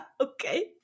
okay